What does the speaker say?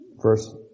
Verse